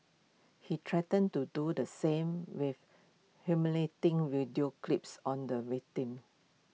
he threatened to do the same with humiliating video clips on the victim